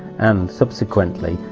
and subsequently,